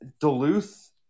Duluth